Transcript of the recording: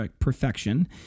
perfection